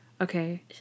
Okay